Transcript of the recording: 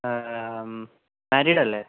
മാരീഡല്ലേ